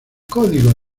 código